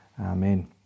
Amen